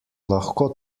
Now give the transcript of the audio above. lahko